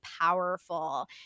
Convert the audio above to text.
powerful